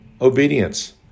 obedience